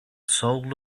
soul